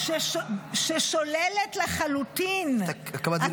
-- ששוללת לחלוטין -- הקמת מדינה פלסטינית.